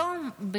היום,